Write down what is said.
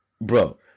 bro